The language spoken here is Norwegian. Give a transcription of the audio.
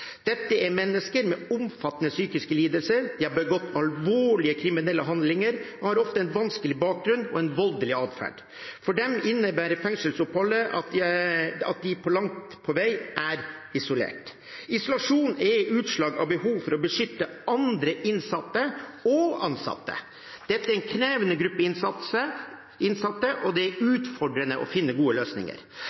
Dette er mennesker med omfattende psykiske lidelser. De har begått alvorlige kriminelle handlinger og har ofte en vanskelig bakgrunn og en voldelig adferd. For dem innebærer fengselsoppholdet at de langt på vei er isolert. Isolasjon er utslag av et behov for å beskytte andre innsatte og ansatte. Dette er en krevende gruppe innsatte, og det er utfordrende å finne gode løsninger, men selv om det er vanskelig, må vi jobbe for å finne gode løsninger.